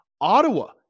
Ottawa